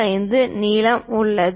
75 நீளம் உள்ளது